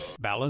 Balance